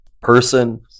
person